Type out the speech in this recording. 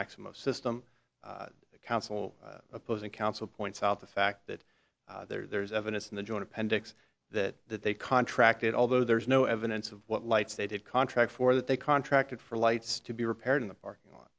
maximo system the council opposing counsel points out the fact that there is evidence in the joint appendix that that they contracted although there is no evidence of what lights they did contract for that they contracted for lights to be repaired in the parking lot